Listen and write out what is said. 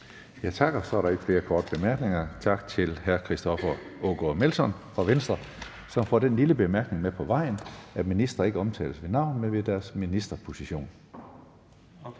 Hønge): Så er der ikke flere korte bemærkninger. Tak til hr. Christoffer Aagaard Melson fra Venstre, som får den lille bemærkning med på vejen, at ministre ikke omtales ved navn, men ved deres ministerposition.